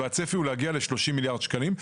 והצפי הוא להגיע ל-30 מיליארד שקלים,